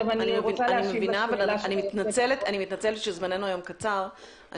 אני מבינה, ואני מתנצלת שזמננו היום קצר.